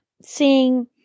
seeing